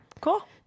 Cool